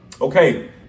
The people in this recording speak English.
Okay